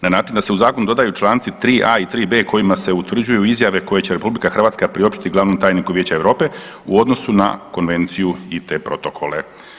Na način da se u zakon dodaju članici 3.a i 3.b kojima se utvrđuju izjave koje će RH priopštiti glavnu tajniku Vijeća Europe u odnosu na konvenciju i te protokole.